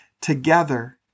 together